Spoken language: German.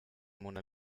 mona